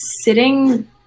sitting